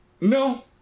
No